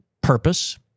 purpose